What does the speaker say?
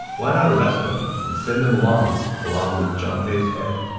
why not arrest them and send them, along along with zhang fei's head,